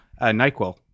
Nyquil